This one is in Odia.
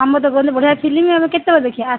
ଆମର ତ କୁହନ୍ତୁ ବଢ଼ିଆ ଫିଲ୍ମ ଆମେ କେତେବେଳେ ଦେଖିବା